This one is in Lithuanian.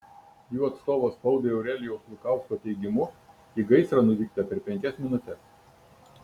jų atstovo spaudai aurelijaus lukausko teigimu į gaisrą nuvykta per penkias minutes